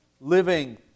living